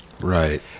right